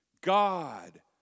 God